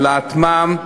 העלאת מע"מ.